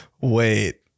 Wait